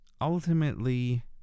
ultimately